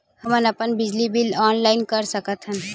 हमन अपन बिजली बिल ऑनलाइन कर सकत हन?